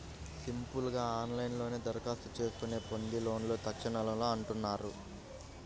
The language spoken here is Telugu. సింపుల్ గా ఆన్లైన్లోనే దరఖాస్తు చేసుకొని పొందే లోన్లను తక్షణలోన్లు అంటున్నారు